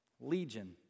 Legion